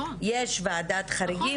יש ועדת חריגים,